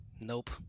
Nope